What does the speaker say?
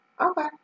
Okay